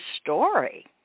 story